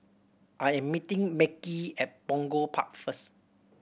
I am meeting Mekhi at Punggol Park first